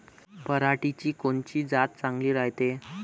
पऱ्हाटीची कोनची जात चांगली रायते?